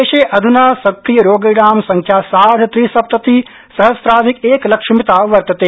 देशे अध्ना सक्रियरोगिणां संख्या सार्ध त्रिसप्तति सहस्राधिक एकलक्षमिता वर्तते